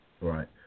Right